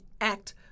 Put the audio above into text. act